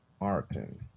Martin